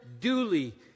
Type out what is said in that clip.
duly